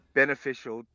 beneficial